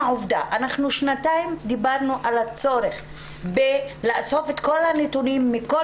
שנתיים דיברנו על הצורך בלאסוף את כל הנתונים מכל